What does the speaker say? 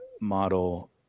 model